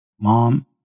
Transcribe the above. mom